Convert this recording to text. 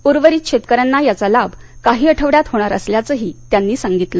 उर्वरित शेतकऱ्यांना याचा लाभ काही आठवड्यात होणार असल्याचंही त्यांनी सांगितलं